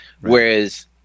whereas